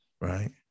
Right